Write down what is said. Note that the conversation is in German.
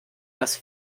dass